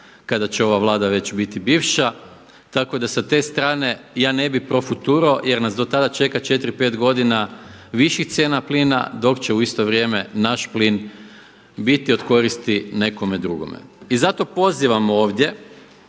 kada će ova Vlada biti već bivša. Tako da sa te strane ja ne bih pro futuro jer nas to tad čeka četiri, pet godina viših cijena plina dok će u isto vrijeme naš plin biti od koristi nekome drugome. I zato pozivam ovdje